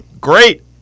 great